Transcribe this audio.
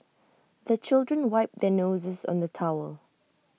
the children wipe their noses on the towel